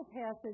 passage